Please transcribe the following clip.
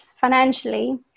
financially